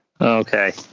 Okay